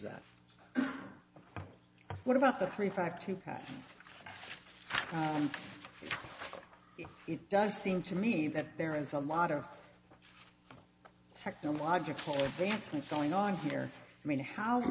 that what about the three fact it does seem to me that there is a lot of technological advancements going on here i mean how